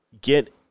get